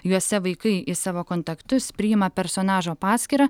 juose vaikai į savo kontaktus priima personažo paskyrą